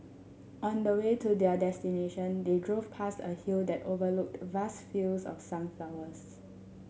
on the way to their destination they drove past a hill that overlooked vast fields of sunflowers